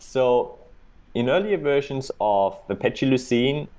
so in earlier versions of apache lucene,